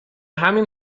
همین